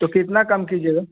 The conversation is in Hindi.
तो कितना कम कीजिएगा